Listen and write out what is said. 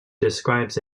describes